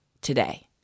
today